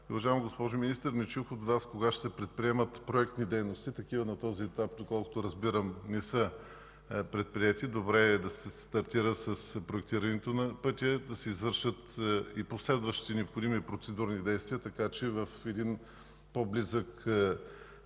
Уважаема госпожо Министър, не чух от Вас кога ще се предприемат проектни дейности. Такива на този етап, доколкото разбирам, не са предприети. Добре е да се стартира с проектирането на пътя, да се извършат и последващи необходими процедури и действия, така че в един по-близък